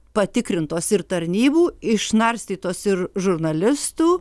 patikrintos ir tarnybų išnarstytos ir žurnalistų